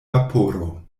vaporo